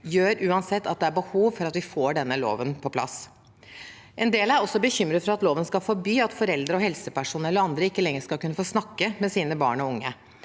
gjør uansett at det er behov for at vi får denne loven på plass. En del er også bekymret for at loven skal forby at foreldre, helsepersonell og andre ikke lenger skal kunne få snakke med sine barn og unge